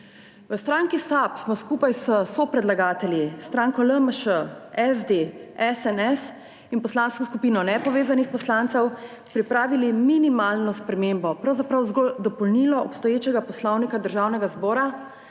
V stranki SAB smo skupaj s sopredlagatelji – stranko LMŠ, SD, SNS in Poslansko skupino nepovezanih poslancev – pripravili minimalno spremembo, pravzaprav zgolj dopolnilo obstoječega Poslovnika državnega zbora,